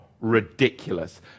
ridiculous